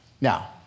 Now